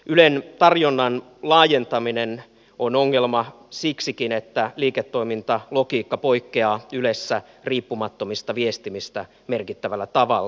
ylen tarjonnan laajentaminen on ongelma siksikin että liiketoimintalogiikka poikkeaa ylessä riippumattomista viestimistä merkittävällä tavalla